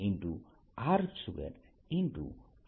4πr2dr છે